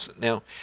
now